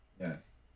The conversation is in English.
Yes